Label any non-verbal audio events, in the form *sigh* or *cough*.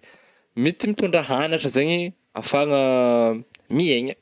*hesitation* mety mitôndra hanatra zany ahafahagna miaigna.